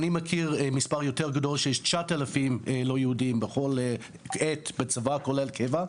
אני מכיר מספר יותר גדול ש-9,000 לא יהודים בכל עת בצבא כולל קבע.